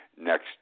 next